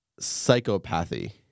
Psychopathy